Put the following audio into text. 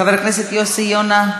חבר הכנסת יוסי יונה,